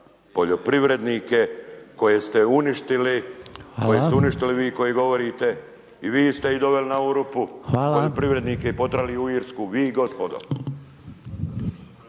poljoprivrednike koje ste uništili vi koji govorite i vi ste ih doveli na ovu rupu poljoprivrednike i potrali ih u Irsku, vi gospodo.